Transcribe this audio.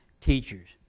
teachers